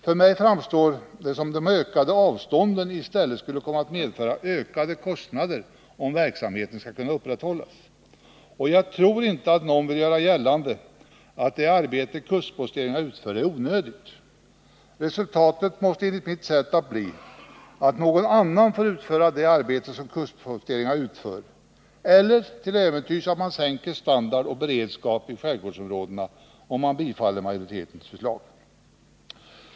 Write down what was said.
För mig framstår det som om de ökade avstånden i stället skulle komma att medföra ökade kostnader, ifall verksamheten skall kunna upprätthållas. Jag tror inte att någon vill göra gällande att det arbete som kustposteringarna utför är onödigt. Resulatet måste, enligt mitt sätt att se på frågan, bli att någon annan får utföra det arbete som kustposteringarna utför eller till äventyrs att man sänker standard och beredskap i skärgårdsområdena, om man bifaller utskottsmajoritetens förslag.